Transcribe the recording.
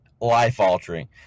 life-altering